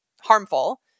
harmful